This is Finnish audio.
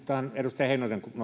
edustaja heinonen